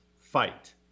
fight